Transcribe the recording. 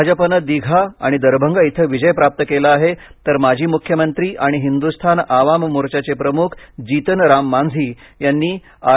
भाजपान धीघा आणि दरभंगा इथ विजय प्राप्त केला आहे तर माजी मुख्यमंत्री आणि हिंदुस्थान आवाम मोर्चाचे प्रमुख जीतन राम माझी यांनी आर